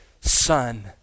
Son